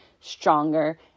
stronger